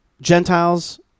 Gentiles